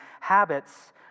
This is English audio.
habits